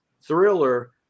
Thriller